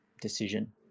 decision